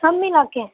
سب ملا کے